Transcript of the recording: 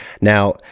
Now